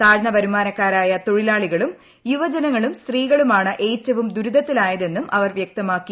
താഴ്ന്ന വരുമാനക്കാരായ തൊഴിലാളികളും യുവജനങ്ങളും സ്ത്രീകളുമാണ് ഏറ്റവും ദുരിതത്തിലായതെന്നും അവർ വ്യക്തമാക്കി